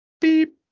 beep